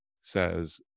says